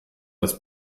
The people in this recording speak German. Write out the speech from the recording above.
das